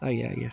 ଆଜ୍ଞା ଆଜ୍ଞା